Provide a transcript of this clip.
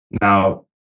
Now